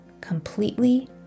completely